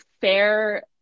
fair